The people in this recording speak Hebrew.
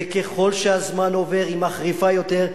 וככל שהזמן עובר היא מחריפה יותר.